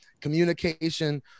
communication